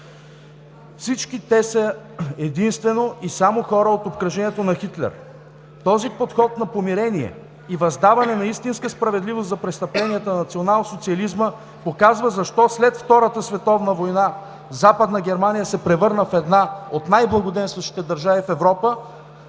Всички те са единствено и само хора от обкръжението на Хитлер. Този подход на помирение и въздаване на истинска справедливост за престъпленията на националсоциализма показва, защо след Втората световна война Западна Германия се превърна в една от най-благоденстващите държави в Европа,